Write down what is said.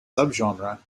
subgenre